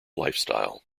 lifestyle